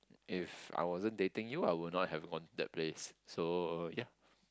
if I wasn't dating you I would not have gone to that place so ya